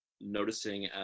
noticing